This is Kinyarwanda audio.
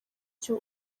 cyo